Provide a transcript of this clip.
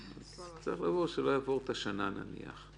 צריך שזה לא יעבור את השנה נניח,